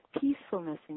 peacefulness